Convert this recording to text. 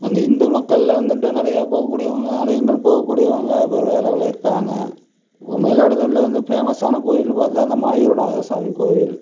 அந்த இந்து மக்களில் வந்துட்டு நிறையா போகக் கூடியவங்க ஆலயங்கள் போகக் கூடியவங்க அளவில் இருக்காங்க இப்போது மயிலாடுதுறையில் வந்து பேமஸான கோயில்னு பார்த்தா மாயூரநாத சுவாமி கோயில்